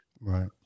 right